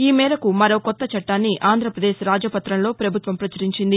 ఈ మేరకు మరో కొత్త చట్టాన్ని ఆంధ్రప్రదేశ్ రాజపత్రంలో ప్రభుత్వం ప్రచురించింది